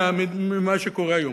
ממה שקורה היום.